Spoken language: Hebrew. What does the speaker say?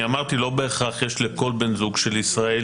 אמרתי שלא בהכרח יש לכל בן זוג של ישראלי.